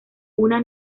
una